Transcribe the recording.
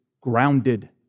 grounded